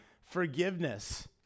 forgiveness